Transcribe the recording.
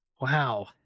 wow